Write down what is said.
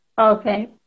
Okay